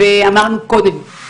ואמרנו קודם,